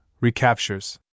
Recaptures